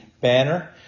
banner